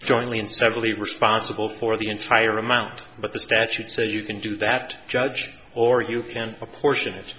jointly and severally responsible for the entire amount but the statute says you can do that judge or you can apportion i